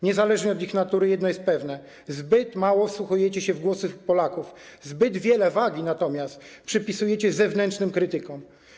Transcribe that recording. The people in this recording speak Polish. Niezależnie od ich natury jedno jest pewne: zbyt mało wsłuchujecie się w głosy Polaków, zbyt wielką wagę natomiast przywiązujecie do zewnętrznych krytyków.